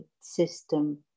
system